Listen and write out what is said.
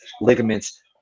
ligaments